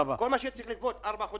כל מה שצריך לגבות במשך ארבעה חודשים,